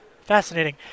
Fascinating